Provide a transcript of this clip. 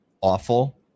awful